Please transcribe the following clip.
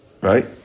Right